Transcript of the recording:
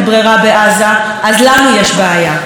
והציבור שומע את זה ורואה, הוא לא מטומטם.